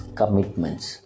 commitments